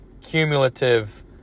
cumulative